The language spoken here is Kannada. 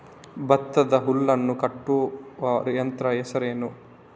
ಭತ್ತದ ಹುಲ್ಲನ್ನು ಕಟ್ಟುವ ಯಂತ್ರದ ಹೆಸರೇನು?